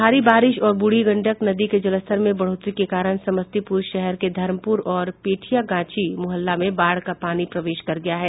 भारी बारिश और ब्रूढ़ी गंडक नदी के जलस्तर में बढ़ोतरी के कारण समस्तीपुर शहर के धर्मपुर और पेठियागांछी मुहल्ला में बाढ़ का पानी प्रवेश कर गया है